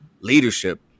leadership